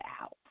out